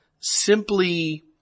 simply